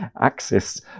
axis